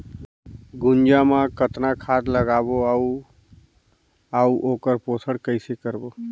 गुनजा मा कतना खाद लगाबो अउ आऊ ओकर पोषण कइसे करबो?